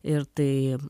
ir tai